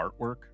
artwork